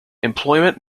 employment